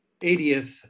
80th